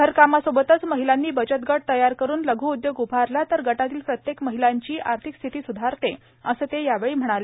घरकामासोबतच महिलांनी बचतगट तयार करुन लघ्उद्योग उभारला तर गटातील प्रत्येक महिलांची आर्थिक स्थिती सुधारते असं ते म्हणाले